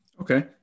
Okay